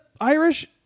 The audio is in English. Irish